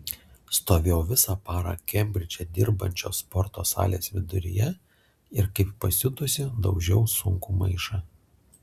stovėjau visą parą kembridže dirbančios sporto salės viduryje ir kaip pasiutusi daužiau sunkų maišą